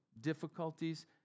difficulties